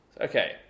Okay